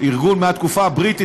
ארגון בתקופת המנדט הבריטי,